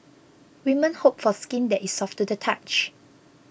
women hope for skin that is soft to the touch